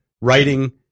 writing